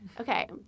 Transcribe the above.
Okay